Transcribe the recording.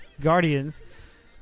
Guardians